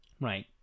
right